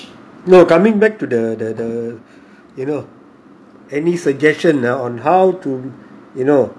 no coming back to the the the you know any suggestions on how to you know